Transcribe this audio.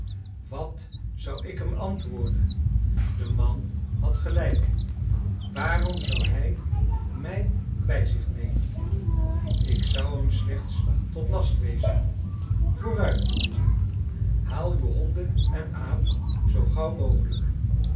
wat zou ik hem antwoorden de man had gelijk waarom zou hij mij bij zich nemen ik zou hem slechts tot last wezen vooruit jongetje haal uw honden en aap zoo gauw mogelijk